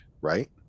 right